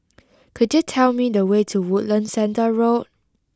could you tell me the way to Woodlands Centre Road